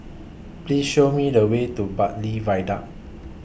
Please Show Me The Way to Bartley Viaduct